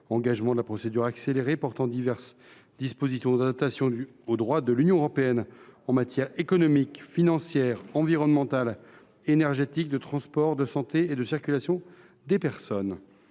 engagement de la procédure accélérée, portant diverses dispositions d’adaptation au droit de l’Union européenne en matière économique, financière, environnementale, énergétique, de transport, de santé et de circulation des personnes.